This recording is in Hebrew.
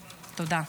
תודה.